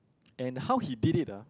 and how he did it ah